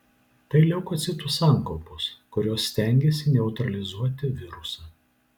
tai leukocitų sankaupos kurios stengiasi neutralizuoti virusą